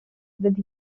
with